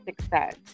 success